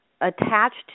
attached